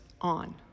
on